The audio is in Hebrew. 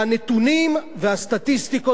הנתונים והסטטיסטיקות,